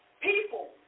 people